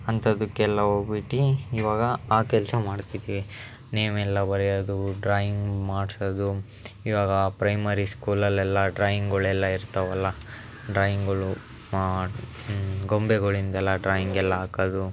ಅಂಥದಕ್ಕೆಲ್ಲ ಹೋಗ್ಬಿಟ್ಟು ಇವಾಗ ಆ ಕೆಲಸ ಮಾಡ್ತಿದ್ದೀವಿ ನೇಮ್ ಎಲ್ಲ ಬರ್ಯೋದು ಡ್ರಾಯಿಂಗ್ ಮಾಡ್ಸೋದು ಇವಾಗ ಪ್ರೈಮರಿ ಸ್ಕೂಲಲ್ಲಿ ಎಲ್ಲ ಡ್ರಾಯಿಂಗಳೆಲ್ಲ ಇರ್ತಾವಲ್ಲ ಡ್ರಾಯಿಂಗಳು ಗೊಂಬೆಗಳಿಂದೆಲ್ಲ ಡ್ರಾಯಿಂಗ್ ಎಲ್ಲ ಹಾಕೋದು